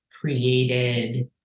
created